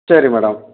சரி மேடம்